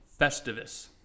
Festivus